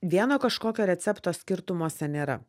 vieno kažkokio recepto skirtumuose nėra